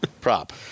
prop